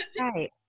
Right